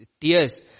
tears